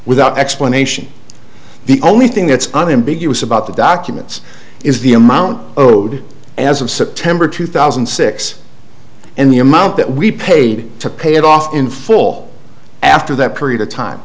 without explanation the only thing that's an ambiguous about the documents is the amount owed as of september two thousand and six and the amount that we paid to pay it off in full after that period of time